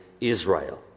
Israel